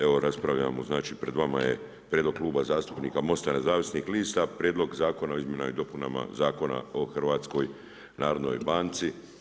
Evo raspravljamo znači pred vama je prijedlog Kluba zastupnika MOST-a nezavisnih lista, Prijedlog zakona o izmjenama i dopunama Zakona o Hrvatskoj narodnoj banci.